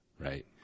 right